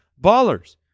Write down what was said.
ballers